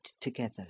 together